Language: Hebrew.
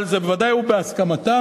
אבל זה בוודאי בהסכמתם,